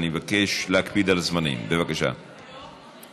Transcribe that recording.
עוברים להצעת החוק הבאה: הצעת חוק הרשויות המקומיות (בחירות) (תיקון מס'